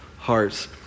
hearts